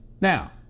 Now